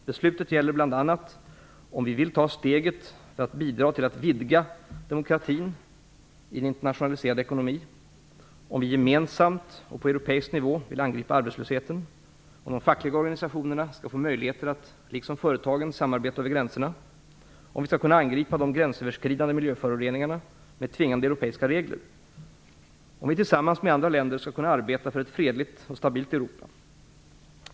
Beslutet gäller bl.a. om vi vill ta steget för att bidra till att vidga demokratin i en internationaliserad ekonomi, om vi gemensamt och på europeisk nivå vill angripa arbetslösheten, om de fackliga organisationerna skall få möjligheter att liksom företagen samarbeta över gränserna, om vi skall kunna angripa de gränsöverskridande miljöföroreningarna med tvingande europeiska regler, om vi tillsammans med andra länder skall kunna arbeta för ett fredligt och stabilt Europa.